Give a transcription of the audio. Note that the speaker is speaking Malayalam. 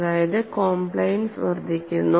അതായത് കോംപ്ലയൻസ് വർദ്ധിക്കുന്നു